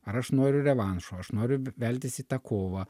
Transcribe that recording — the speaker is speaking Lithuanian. ar aš noriu revanšo aš noriu veltis į tą kovą